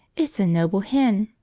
it's a noble hen!